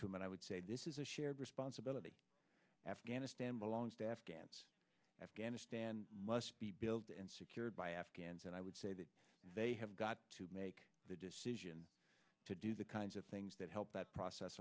to him and i would say this is a shared responsibility afghanistan belongs to afghans afghanistan must be built and secured by afghans and i would say that they have got to make the decision to do the kinds of things that help that process